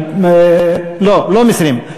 לא, לא מסירים.